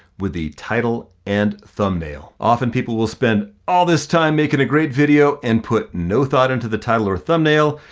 with the title and thumbnail. often people will spend all this time making a great video and put no thought into the title or thumbnail.